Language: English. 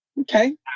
Okay